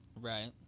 Right